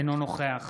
אינו נוכח